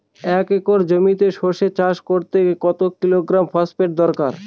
এক একর জমিতে সরষে চাষ করতে কত কিলোগ্রাম ফসফেট দরকার?